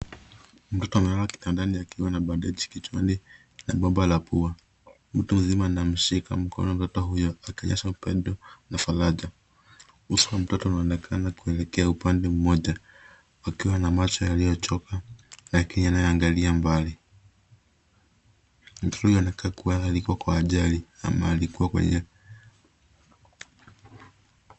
Mtoto amelala kitandani akiwa na bandeji kichwani na bomba la pua. Mtu mzima anamshika mkono mtoto huyo akionyesha upendo na faraja. Uso wa mtoto unaonekana kuelekea upande mmoja, akiwa na macho yaliyochoka lakini anayoangalia mbali. Mtoto huyo anakaa kuwa alikuwa kwa ajali ama alikuwa kwenye.